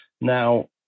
Now